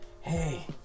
hey